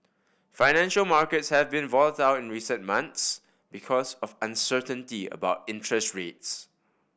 financial markets have been volatile in recent months because of uncertainty about interest rates